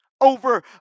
over